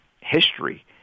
history